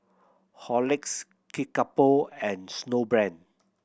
Horlicks Kickapoo and Snowbrand